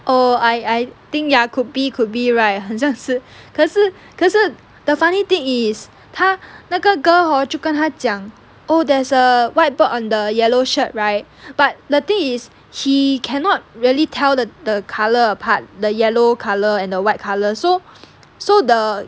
oh I I think ya could be could be right 很像是可是可是 the funny thing is 他那个 girl hor 就跟他讲 oh there's a white bird on the yellow shirt right but the thing is he cannot really tell the the colour apart the yellow colour and the white colour so so the